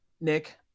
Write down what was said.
Nick